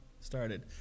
started